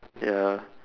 ya